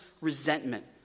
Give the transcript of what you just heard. resentment